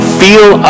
feel